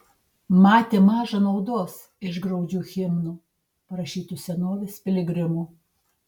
matė maža naudos iš graudžių himnų parašytų senovės piligrimų